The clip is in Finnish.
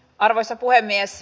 arvoisa puhemies